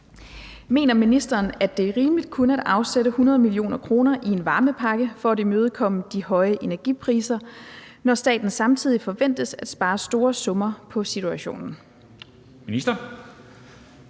Mener ministeren, at det er rimeligt kun at afsætte 100 mio. kr. i en varmepakke for at imødegå de høje energipriser, når staten samtidig forventes at spare store summer på situationen? Formanden